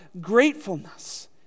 gratefulness